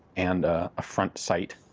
and a ah front sight,